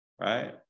Right